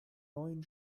neuen